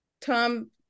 Tom